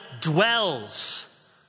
dwells